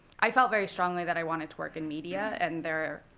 i felt very strongly that i wanted to work in media. and there are,